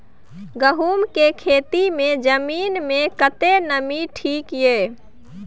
गहूम के खेती मे जमीन मे कतेक नमी ठीक ये?